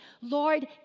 Lord